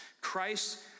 Christ